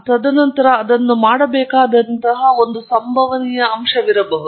ತದನಂತರ ಅದನ್ನು ಮಾಡಬೇಕಾದಂತಹ ಒಂದು ಸಂಭವನೀಯ ಅಂಶವಿರಬಹುದು